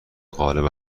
غالب